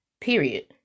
Period